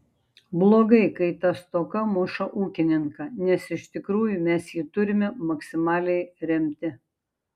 blogai kai ta stoka muša ūkininką nes iš tikrųjų mes jį turime maksimaliai remti